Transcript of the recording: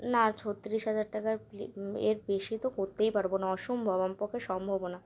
না ছত্তিশ হাজার টাকার বে এর বেশি তো করতেই পারবো না অসম্ভব আমার পক্ষে সম্ভবও না